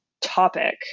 topic